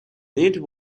need